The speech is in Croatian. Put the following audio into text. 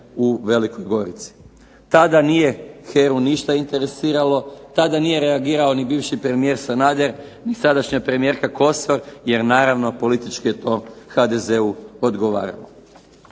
u Velikoj Gorici. Tada nije HERA-u ništa interesiralo, tada nije reagirao ni bivši premijer Sanader, ni sadašnja premijerka Kosor jer naravno politički je to HDZ-u odgovaralo.